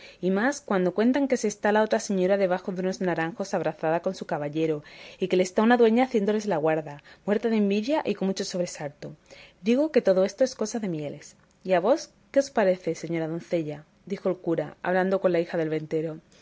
y más cuando cuentan que se está la otra señora debajo de unos naranjos abrazada con su caballero y que les está una dueña haciéndoles la guarda muerta de envidia y con mucho sobresalto digo que todo esto es cosa de mieles y a vos qué os parece señora doncella dijo el cura hablando con la hija del ventero